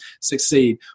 succeed